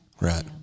right